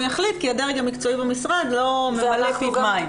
יחליט כי הדרג המקצועי במשרד ממלא פיו מים.